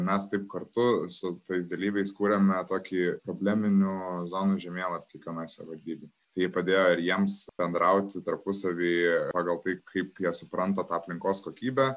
mes taip kartu su tais dalyviais kūrėme tokį probleminių zonų žemėlapį kiekvienai savivaldybei tai padėjo jiems bendrauti tarpusavyje pagal tai kaip jie supranta tą aplinkos kokybę